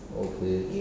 okay